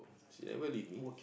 she never leave me